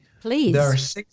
Please